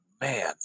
man